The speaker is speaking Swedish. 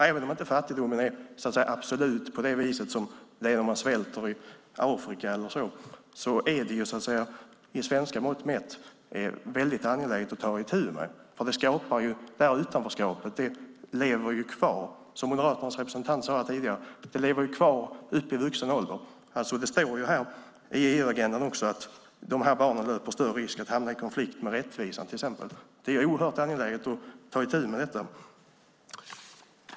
Även om inte fattigdomen är absolut på det vis som det är när människor svälter i Afrika och så vidare är det med svenska mått mätt angeläget att ta itu med detta. Utanförskapet lever kvar. Som Moderaternas representant sade här tidigare lever det kvar upp i vuxen ålder. Det står också i EU-agendan att dessa barn löper större risk att hamna i konflikt med rättvisan, till exempel. Det är oerhört angeläget att ta itu med detta.